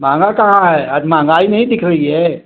महंगा कहाँ है आज महंगाई नहीं दिख रही है